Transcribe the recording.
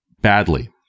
badly